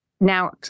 Now